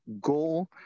goal